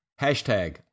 Hashtag